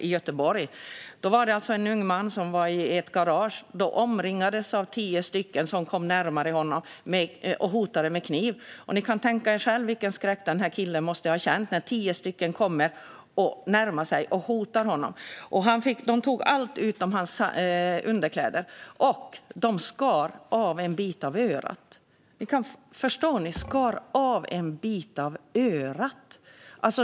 Det var en ung man i Göteborg som i ett garage omringades av tio personer som kom närmare honom och hotade med kniv. Ni kan tänka er själva vilken skräck den här killen måste ha känt när tio personer närmade sig och hotade honom. De tog allt utom hans underkläder, och de skar av en bit av örat. Förstår ni - skar av en bit av örat!